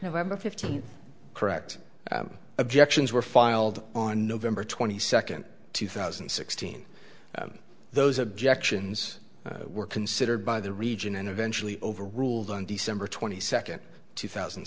november fifteenth correct objections were filed on november twenty second two thousand and sixteen those objections were considered by the region and eventually over ruled on december twenty second two thousand